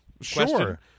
Sure